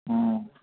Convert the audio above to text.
हँ